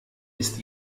ist